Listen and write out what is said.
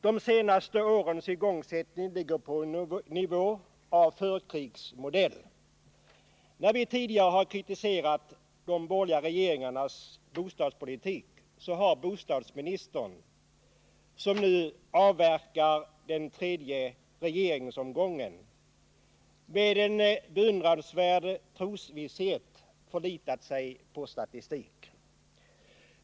De senaste årens igångsättning ligger på en nivå av förkrigsmodell. När vi tidigare har kritiserat de borgerliga regeringarnas bostadspolitik har bostadsministern — som nu avverkar den tredje regeringsomgången — med en beundransvärd trosvisshet förlitat sig på statistik.